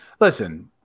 listen